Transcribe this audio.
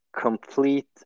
complete